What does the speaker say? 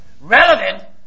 Relevant